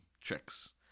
tricks